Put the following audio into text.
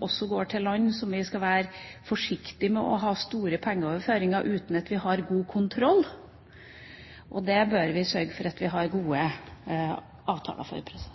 også går til land vi skal være forsiktig med å ha store pengeoverføringer til, uten at vi har god kontroll. Det bør vi sørge for at vi har gode avtaler for.